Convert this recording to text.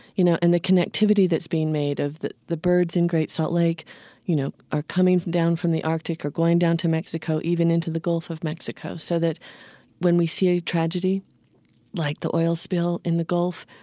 you know, and the connectivity that's being made of the the birds in great salt lake you know are coming down from the artic, or going down to mexico, even into the gulf of mexico. so that when we see a tragedy like the oil spill in the gulf,